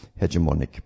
hegemonic